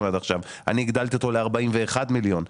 ואני הגדלתי אותו ל-41 מיליון שקלים,